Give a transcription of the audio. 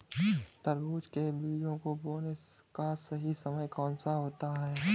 तरबूज के बीजों को बोने का सही समय कौनसा होता है?